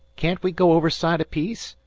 can't we go overside a piece?